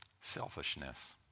selfishness